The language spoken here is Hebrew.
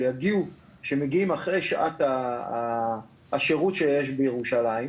שמגיעים אחרי שעת השירות שיש בירושלים.